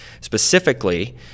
Specifically